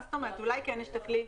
אולי כן יש הכלי?